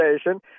station